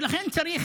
ולכן צריך